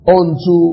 unto